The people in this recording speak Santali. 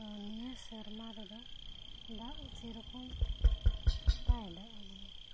ᱱᱤᱭᱟᱹ ᱥᱮᱨᱢᱟ ᱨᱮᱫᱚ ᱫᱟᱜ ᱥᱮ ᱨᱚᱠᱚᱢ ᱵᱟᱭ ᱫᱟᱜ ᱟᱠᱟᱫᱟ